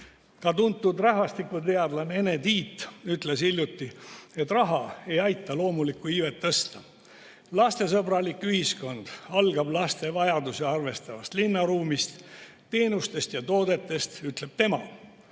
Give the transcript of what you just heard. Ka tuntud rahvastikuteadlane Ene Tiit ütles hiljuti, et raha ei aita loomulikku iivet tõsta. "Lastesõbralik ühiskond algab laste vajadusi arvestavast linnaruumist, teenustest ja toodetest," ütleb tema.